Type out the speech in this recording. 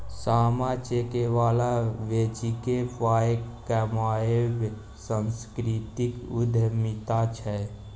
सामा चकेबा बेचिकेँ पाय कमायब सांस्कृतिक उद्यमिता छै